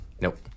Nope